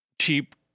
cheap